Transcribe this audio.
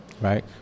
right